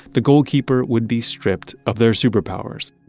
the goalkeeper would be stripped of their superpowers.